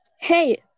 Hey